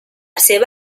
seva